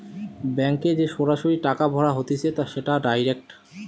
ব্যাংকে যে সরাসরি টাকা ভরা হতিছে সেটা ডাইরেক্ট